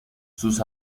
sus